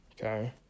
Okay